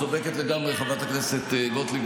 צודקת לגמרי חברת הכנסת גוטליב.